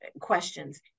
questions